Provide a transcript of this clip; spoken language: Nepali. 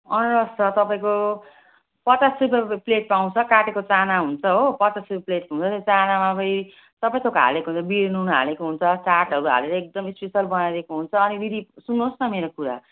अनारस छ तपाईँको पचास रुपियाँको प्लेट पाउँछ काटेको चाना हुन्छ हो पचास रुपियाँ प्लेट हुन्छ त्यो चानामा फेरि सबै थोक हालेको हुन्छ बिरेनुन हालेको हुन्छ चाटहरू हालेर एकदम स्पेसल बनाइदिएको हुन्छ अनि दिदी सुन्नुहोस् न मेरो कुरा